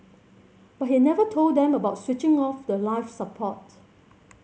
but he never told them about switching off the life support